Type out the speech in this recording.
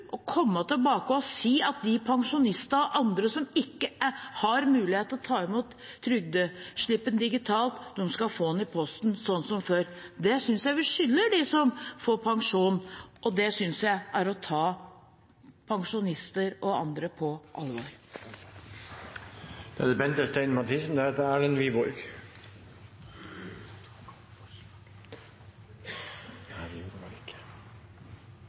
og komme tilbake og si at de pensjonistene og andre som ikke har mulighet til å ta imot trygdeslippen digitalt, skal få den i posten, sånn som før. Det synes jeg vi skylder dem som får pensjon, og det synes jeg er å ta pensjonister og andre på alvor.